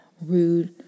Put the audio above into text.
rude